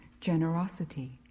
generosity